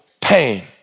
pain